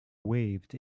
waved